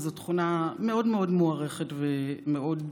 וזו תכונה מאוד מאוד מוערכת ומאוד נדירה.